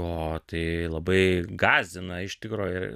o tai labai gąsdina iš tikro ir